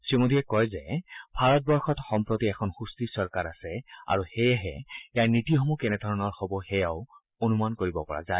শ্ৰীমোদীয়ে কয় যে ভাৰতবৰ্ষত সম্প্ৰতি এখন সুস্থিৰ চৰকাৰ আছে আৰু সেয়েহে ইয়াৰ নীতিসমূহ কেনেধৰণৰ হ'ব সেয়াও অনুমান কৰিব পৰা যায়